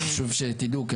חשוב שתדעו.